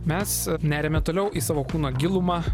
mes neriame toliau į savo kūno gilumą